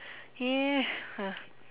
yeah uh